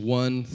one